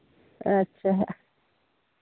ᱟᱪᱪᱷᱟ